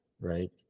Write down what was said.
right